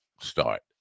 start